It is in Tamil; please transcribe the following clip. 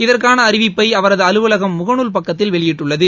இதற்கானஅறிவிப்பைஅவரதுஅலுவலகம் முகநூல் பக்கத்தில் வெளியிட்டுள்ளது